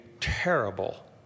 terrible